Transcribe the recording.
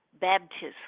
Baptism